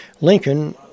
Lincoln